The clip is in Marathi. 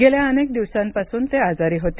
गेल्या अनेक दिवसांपासून ते आजारी होते